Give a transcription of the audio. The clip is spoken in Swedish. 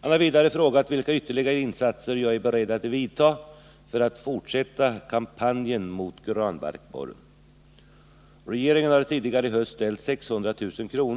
Han har vidare frågat vilka ytterligare insatser jag är beredd att vidta för att fortsätta kampanjen mot granbarkborren. Regeringen har tidigare i höst ställt 600000 kr.